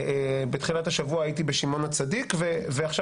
בתחילת השבוע הייתי בשמעון הצדיק ועכשיו